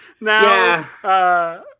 now